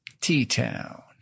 T-Town